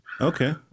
Okay